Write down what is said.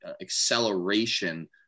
acceleration